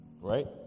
Right